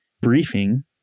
briefing